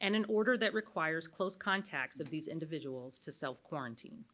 and an order that requires close contacts of these individuals to self quarantine.